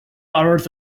earth